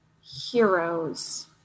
heroes